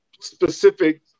specific